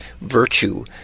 virtue